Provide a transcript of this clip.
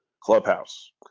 Clubhouse